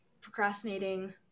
procrastinating